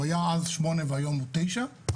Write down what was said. הוא היה אז שמונה והיום הוא תשע.